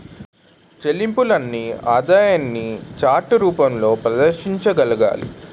చెల్లింపుల్ని ఆదాయాన్ని చార్ట్ రూపంలో ప్రదర్శించగలగాలి